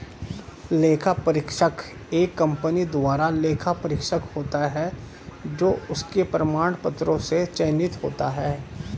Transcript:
लेखा परीक्षक एक कंपनी द्वारा लेखा परीक्षक होता है जो उसके प्रमाण पत्रों से चयनित होता है